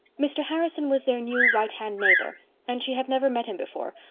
mr. harrison was their new righthand neighbor and she had never met him before,